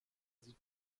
sieht